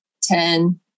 Ten